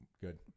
Good